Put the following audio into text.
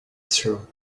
through